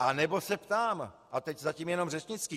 Anebo se ptám, teď zatím jenom řečnicky: